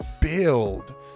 build